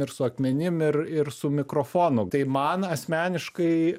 ir su akmenim ir ir su mikrofonu tai man asmeniškai